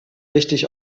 richtig